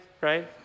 right